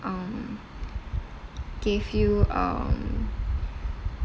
um give you um